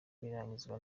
birangizwa